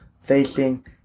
facing